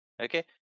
Okay